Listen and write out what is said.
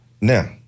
Now